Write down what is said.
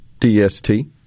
DST